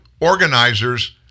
organizers